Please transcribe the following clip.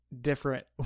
different